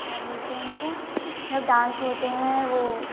क्या बोलते हैं उनको जब डांस होते हैं वो